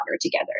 together